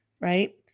Right